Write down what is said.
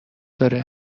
داره